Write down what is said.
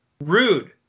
Rude